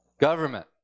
Government